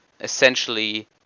essentially